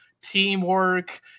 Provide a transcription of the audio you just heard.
teamwork